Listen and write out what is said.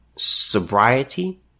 sobriety